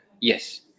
Yes